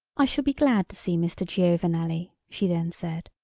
i shall be glad to see mr. giovanelli, she then said.